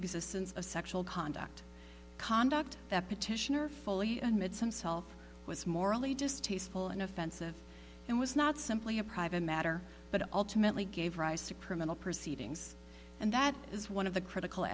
existence of sexual conduct conduct that petitioner fully admits some self was morally just tasteful and offensive and was not simply a private matter but ultimately gave rise to criminal proceedings and that is one of the critical